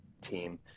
team